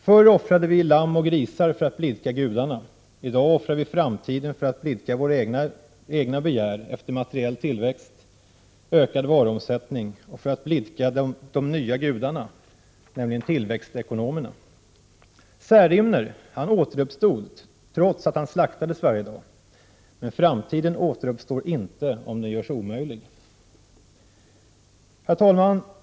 Förr offrade vi lamm och grisar för att blidka gudarna —i dag offrar vi framtiden för att blidka våra egna begär efter materiell tillväxt och ökad varuomsättning och för att blidka de nya gudarna, nämligen tillväxtekonomerna. Särimner återuppstod trots att han slaktades varje dag. Framtiden återuppstår inte om den görs omöjlig. Herr talman!